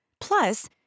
Plus